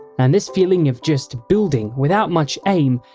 and this feeling of just building, without much aim,